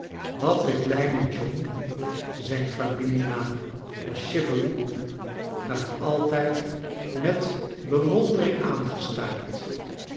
had de kleine john zijn familienaam was chi very haar altijd met bewondering